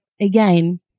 again